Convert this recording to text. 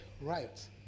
riots